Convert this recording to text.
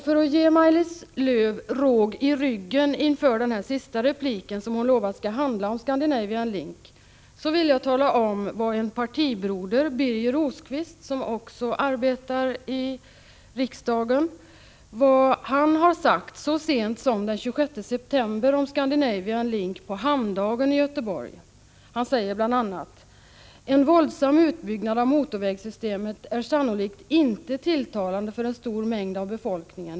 För att ge Maj-Lis Lööw råg i ryggen inför den sista omgången, som hon lovat skall handla om Scandinavian Link, vill jag tala om vad hennes partibroder Birger Rosqvist — som också arbetar i riksdagen — sagt om Scandinavian Link på hamndagen i ”En våldsam utbyggnad av motorvägssystemet är sannolikt inte tilltalande för en stor mängd av befolkningen.